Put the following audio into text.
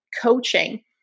coaching